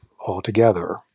altogether